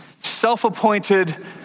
self-appointed